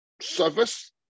service